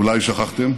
אולי שכחתם,